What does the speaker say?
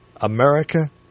America